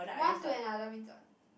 one to another means what